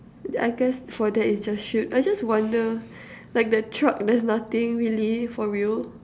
I guess for that it's just shoot I just wonder like the truck there's nothing really for real